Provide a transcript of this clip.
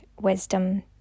wisdom